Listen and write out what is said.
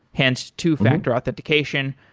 hence two-factor authentication.